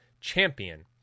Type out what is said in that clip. champion